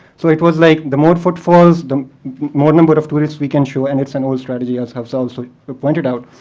so it was like the more footfalls, the more number of tourists we can show. and it's an old strategy, as hafsa and sort of pointed out.